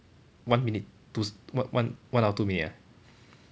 one minute two one one one hour two minute ah